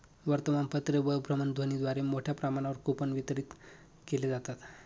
वर्तमानपत्रे व भ्रमणध्वनीद्वारे मोठ्या प्रमाणावर कूपन वितरित केले जातात